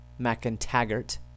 Macintaggart